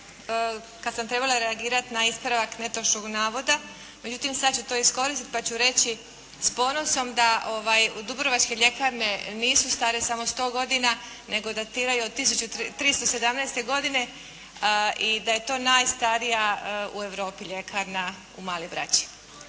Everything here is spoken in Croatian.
kad sam trebala reagirati na ispravak netočnog navoda, međutim sad ću to iskoristiti pa ću reći s ponosom da dubrovačke ljekarne nisu stare samo sto godina nego datiraju od 1317. godine i da je to najstarija u Europi ljekarna u Maloj Braći.